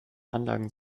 anlagen